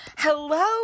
hello